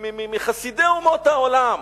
מחסידי אומות העולם,